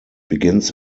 begins